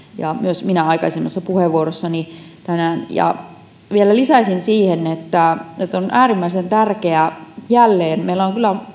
kuten myös minä aikaisemmassa puheenvuorossani tänään vielä lisäisin siihen että on äärimmäisen tärkeää jälleen se meillä on kyllä